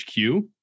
HQ